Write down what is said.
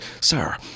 sir